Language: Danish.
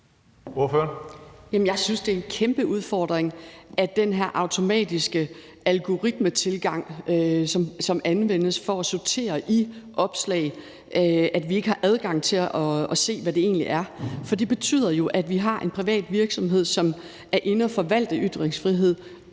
adgang til at se, hvordan den her automatiske algoritmetilgang, som anvendes for at sortere i opslag, egentlig er. For det betyder jo, at vi har en privat virksomhed, som er inde at forvalte ytringsfrihed